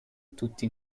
tutti